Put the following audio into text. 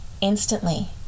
instantly